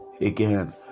again